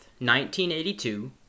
1982